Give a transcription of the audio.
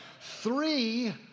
three